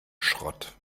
schrott